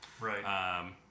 Right